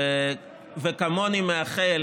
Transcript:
וכמוני מאחל,